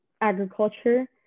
agriculture